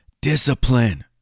discipline